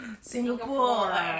Singapore